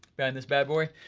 behind this bad boy,